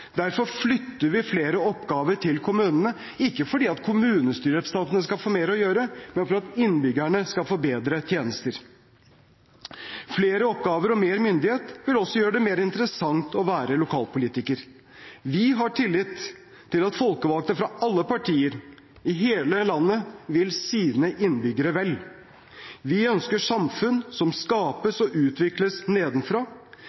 Derfor flytter vi flere oppgaver til kommunene – ikke for at kommunestyrerepresentantene skal få mer å gjøre, men for at innbyggerne skal få bedre tjenester. Flere oppgaver og mer myndighet vil også gjøre det mer interessant å være lokalpolitiker. Vi har tillit til at folkevalgte fra alle partier i hele landet vil sine innbyggere vel. Vi ønsker samfunn som